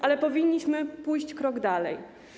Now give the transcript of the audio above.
Ale powinniśmy pójść o krok dalej.